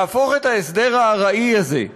להפוך את ההסדר הארעי הזה,